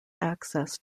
access